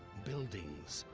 buildings,